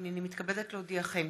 הינני מתכבדת להודיעכם,